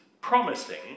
promising